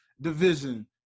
division